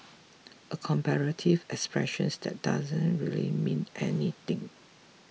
a comparative expression that doesn't really mean anything